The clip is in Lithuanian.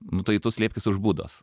nu tai tu slėpkis už budos